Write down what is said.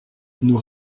nous